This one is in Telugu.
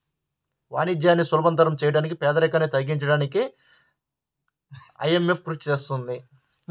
వాణిజ్యాన్ని సులభతరం చేయడానికి పేదరికాన్ని తగ్గించడానికీ ఐఎంఎఫ్ కృషి చేస్తుంది